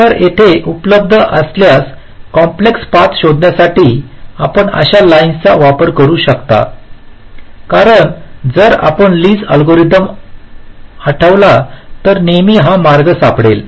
तर येथे उपलब्ध असल्यास कॉम्प्लेक्स पाथ शोधण्यासाठी आपण अशा लाईनचा वापर करू शकता कारण जर आपण लीसLee's अल्गोरिदम आठवला तर नेहमी हा मार्ग सापडेल